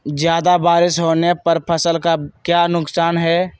ज्यादा बारिस होने पर फसल का क्या नुकसान है?